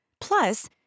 Plus